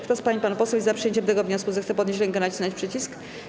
Kto z pań i panów posłów jest za przyjęciem tego wniosku, zechce podnieść rękę i nacisnąć przycisk.